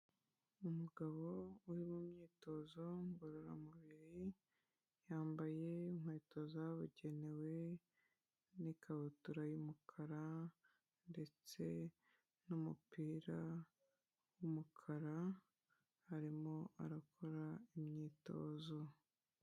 Umugabo uri mu myitozo ngororamubiri, yambaye inkweto zabugenewe, n'ikabutura y'umukara, ndetse n'umupira w'umukara, arimo arakora imyitozo.